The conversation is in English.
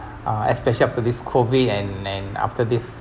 uh especially after this COVID and then after this